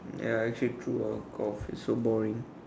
ya actually true ah I would feel so boring